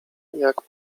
jak